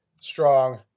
strong